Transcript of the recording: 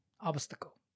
obstacle